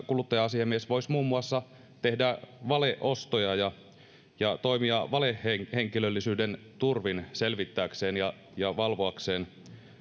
kuluttaja asiamies voisi muun muassa tehdä valeostoja ja ja toimia valehenkilöllisyyden turvin selvittääkseen ja ja valvoakseen